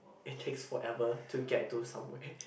it takes forever to get to somewhere